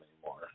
anymore